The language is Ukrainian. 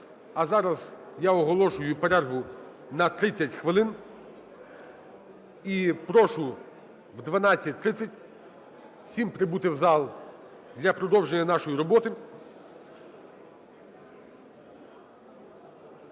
А зараз я оголошую перерву на 30 хвилин. І прошу о 12:30 всім прибути в зал для продовження нашої роботи.